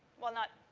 well not,